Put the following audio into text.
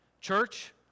Church